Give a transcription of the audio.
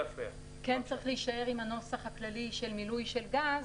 כן צריך להישאר עם הנוסח הכללי של מילוי של גז.